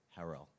Harrell